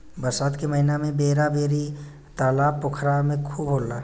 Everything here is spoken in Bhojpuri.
बरसात के महिना में बेरा बेरी तालाब पोखरा में खूब होला